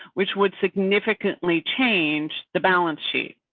which would significantly change the balance sheet.